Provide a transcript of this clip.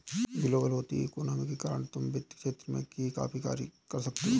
global होती economy के कारण तुम वित्त के क्षेत्र में भी काफी कार्य कर सकते हो